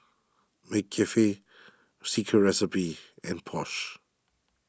McCafe Secret Recipe and Porsche